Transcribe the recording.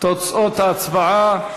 תוצאות ההצבעה,